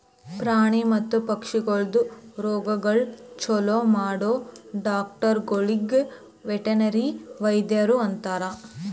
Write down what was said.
ಪ್ರಾಣಿ ಮತ್ತ ಪಕ್ಷಿಗೊಳ್ದು ರೋಗಗೊಳ್ ಛಲೋ ಮಾಡೋ ಡಾಕ್ಟರಗೊಳಿಗ್ ವೆಟರ್ನರಿ ವೈದ್ಯರು ಅಂತಾರ್